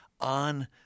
on